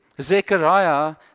Zechariah